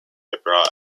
abroad